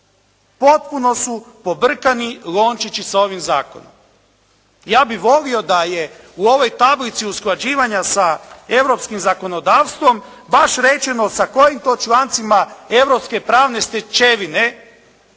Potpuno su pobrkani lončići sa ovim zakonom. Ja bih volio da je u ovoj tablici usklađivanja sa europskim zakonodavstvom, baš rečeno sa kojim to člancima europske pravne stečevine